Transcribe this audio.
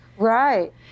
Right